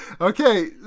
Okay